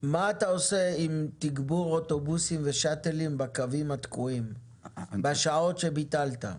מה אתה עושה עם תגבור אוטובוסים ושאטלים בקווים בשעות שביטלת?